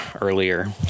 earlier